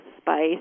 spice